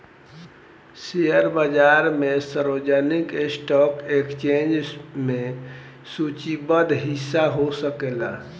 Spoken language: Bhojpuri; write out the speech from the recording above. शेयर बाजार में सार्वजनिक स्टॉक एक्सचेंज में सूचीबद्ध हिस्सा हो सकेला